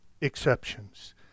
exceptions